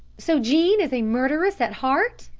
so jean is a murderess at heart?